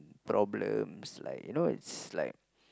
problems like you know it's like